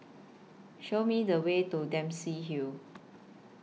Show Me The Way to Dempsey Hill